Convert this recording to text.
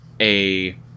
a-